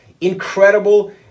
incredible